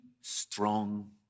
strong